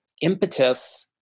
impetus